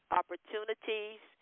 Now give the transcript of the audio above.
opportunities